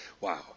Wow